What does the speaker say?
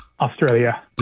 Australia